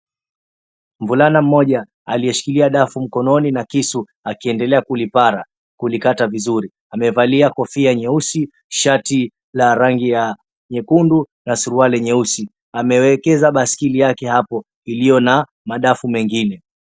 Mvulana mmoja aliyeshikilia dafu mkononi na kisu akiendelea kulipara, kulikata vizuri amevalia kofia nyeusi, shati la rangi ya nyekundu na suruali nyeusi. Amewekeza baiskeli yake hapo ilio na madafu mengine.